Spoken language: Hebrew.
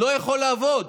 זה לא יכולה לעבוד.